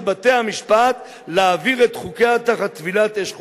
בתי-המשפט להעביר את חוקיה תחת טבילת אש חוקתית".